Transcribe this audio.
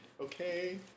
okay